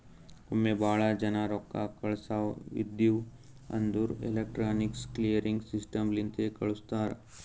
ಒಮ್ಮೆ ಭಾಳ ಜನಾ ರೊಕ್ಕಾ ಕಳ್ಸವ್ ಇದ್ಧಿವ್ ಅಂದುರ್ ಎಲೆಕ್ಟ್ರಾನಿಕ್ ಕ್ಲಿಯರಿಂಗ್ ಸಿಸ್ಟಮ್ ಲಿಂತೆ ಕಳುಸ್ತಾರ್